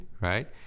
right